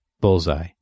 Bullseye